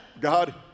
god